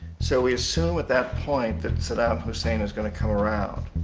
so, we assumed at that point that saddam hussein is gonna come around.